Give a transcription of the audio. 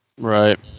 right